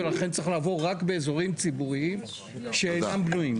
ולכן צריך לעבור רק באזורים ציבוריים שאינם בנויים.